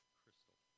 crystal